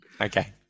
Okay